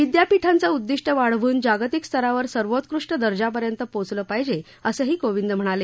विद्यापीठांचं उद्दीष्ट वाढवून जागतिक स्तरावर सर्वोत्कृष्ट दर्जापर्यंत पोहचलं पाहिजे असंही कोविंद म्हणाले